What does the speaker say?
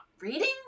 reading